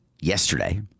yesterday